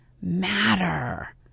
matter